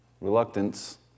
reluctance